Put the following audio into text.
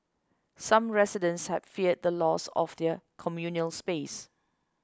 some residents had feared the loss of their communal space